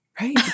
Right